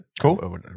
cool